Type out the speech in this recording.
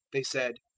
they said,